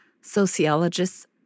sociologists